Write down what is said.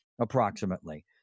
approximately